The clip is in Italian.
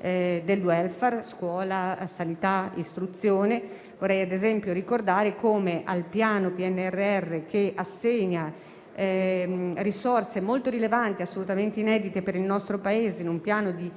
del *welfare* (scuola, sanità e istruzione). Vorrei ad esempio ricordare come al PNRR, che assegna risorse molto consistenti e assolutamente inedite per il nostro Paese ad un piano di